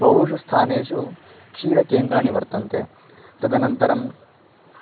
बहुषु स्थानेषु क्षीरकेन्द्राणि वर्तन्ते तदनन्तरं